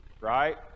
right